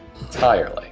Entirely